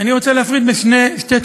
אני רוצה להפריד בין שתי תקופות.